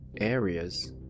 areas